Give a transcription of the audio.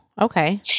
okay